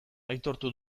aitortu